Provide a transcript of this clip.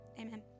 Amen